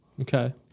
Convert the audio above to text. Okay